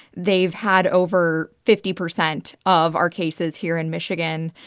they've had over fifty percent of our cases here in michigan.